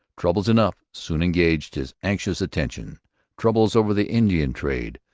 troubles enough soon engaged his anxious attention troubles over the indian trade,